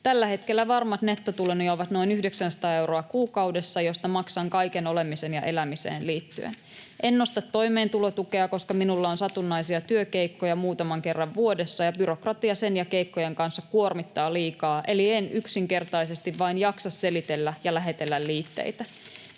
Tällä hetkellä varmat nettotuloni ovat noin 900 euroa kuukaudessa, josta maksan kaiken olemiseen ja elämiseen liittyen. En nosta toimeentulotukea, koska minulla on satunnaisia työkeikkoja muutaman kerran vuodessa ja byrokratia sen ja keikkojen kanssa kuormittaa liikaa, eli en yksinkertaisesti vain jaksa selitellä ja lähetellä liitteitä.